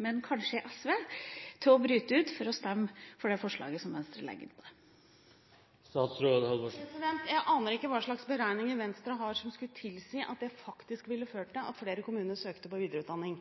men kanskje SV til å bryte ut og stemme for det forslaget som Venstre fremmer. Jeg aner ikke hva slags beregninger Venstre har som skulle tilsi at det faktisk ville ført til at flere kommuner søkte om midler til videreutdanning.